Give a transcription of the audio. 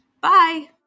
Bye